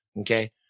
Okay